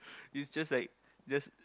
it's just like just